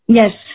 yes